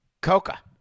Coca